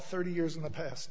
thirty years in the past